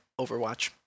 Overwatch